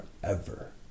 forever